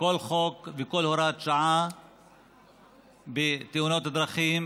כל חוק וכל הוראת שעה בתאונות הדרכים